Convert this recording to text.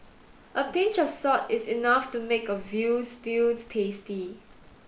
a pinch of salt is enough to make a veal stews tasty